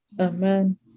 Amen